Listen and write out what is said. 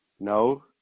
No